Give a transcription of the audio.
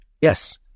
Yes